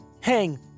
hang